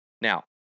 Now